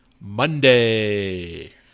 Monday